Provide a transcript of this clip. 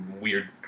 Weird